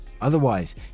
Otherwise